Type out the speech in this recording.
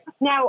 Now